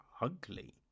ugly